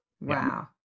wow